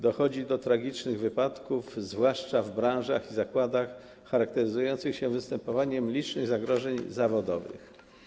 Dochodzi do tragicznych wypadków, zwłaszcza w branżach i zakładach charakteryzujących się występowaniem licznych zagrożeń zawodowych.